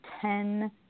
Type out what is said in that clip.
ten